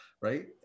right